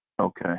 Okay